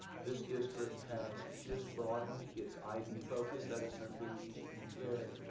this district has just broadened its ib focus. that is something that you should be very,